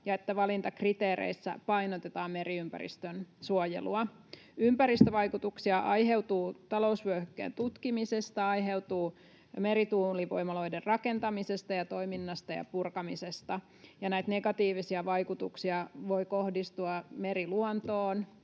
ja että valintakriteereissä painotetaan meriympäristön suojelua. Ympäristövaikutuksia aiheutuu talousvyöhykkeen tutkimisesta, aiheutuu merituulivoimaloiden rakentamisesta, toiminnasta ja purkamisesta, ja näitä negatiivisia vaikutuksia voi kohdistua meriluontoon,